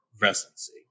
residency